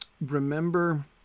Remember